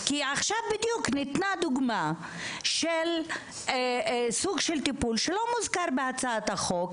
כי בדיוק ניתנה עכשיו דוגמה של סוג של טיפול שלא מוזכר בהצעת החוק,